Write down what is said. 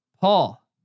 Paul